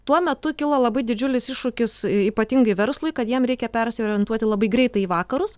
tuo metu kilo labai didžiulis iššūkis ypatingai verslui kad jam reikia persiorientuoti labai greitai į vakarus